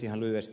ihan lyhyesti